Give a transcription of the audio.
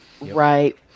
Right